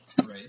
right